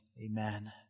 amen